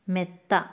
മെത്ത